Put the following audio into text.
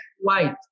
white